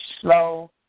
slow